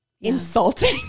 insulting